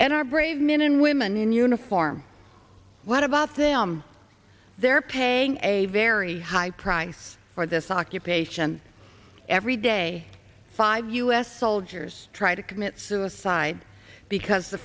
and our brave men and women in uniform what about them they're paying a very high price for this occupation every day five u s soldiers try to commit suicide because the